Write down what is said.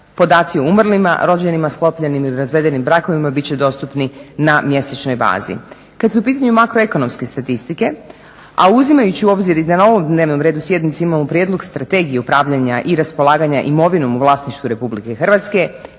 Podaci o umrlima, rođenima, sklopljenim ili razvedenim brakovima bit će dostupni na mjesečnoj bazi. Kad su u pitanju makroekonomske statistike, a uzimajući u obzir i da na ovom dnevnom redu sjednice imamo Prijedlog strategije upravljanja i raspolaganja imovinom u vlasništvu Republike Hrvatske